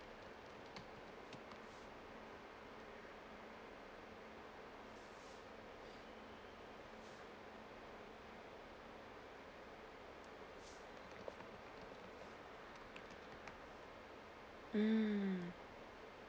mm